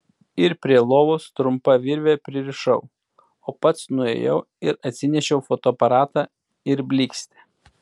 ir prie lovos trumpa virve pririšau o pats nuėjau ir atsinešiau fotoaparatą ir blykstę